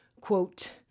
quote